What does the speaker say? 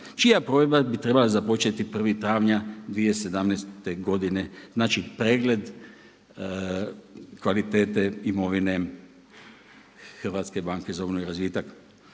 čija provedba bi trebala započeti 1. travnja 2017. godine, znači pregled kvalitete imovine HBOR-a. Vjerujem da sam